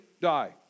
die